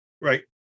right